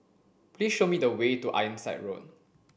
please show me the way to Ironside Road